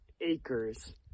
acres